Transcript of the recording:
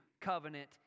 covenant